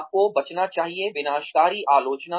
आपको बचना चाहिए विनाशकारी आलोचना